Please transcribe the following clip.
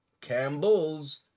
Campbell's